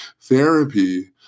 Therapy